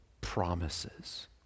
promises